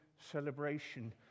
celebration